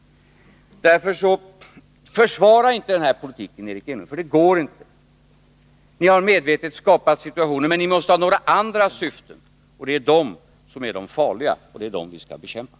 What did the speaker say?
Försvara inte den här politiken, Eric Enlund, för det går inte. Ni har medvetet skapat situationen. Men ni måste ha några andra syften. Det är dessa syften som är farliga och som vi skall bekämpa.